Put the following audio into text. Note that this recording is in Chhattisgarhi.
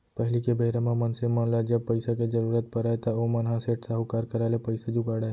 पहिली के बेरा म मनसे मन ल जब पइसा के जरुरत परय त ओमन ह सेठ, साहूकार करा ले पइसा जुगाड़य